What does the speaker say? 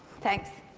thanks.